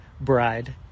bride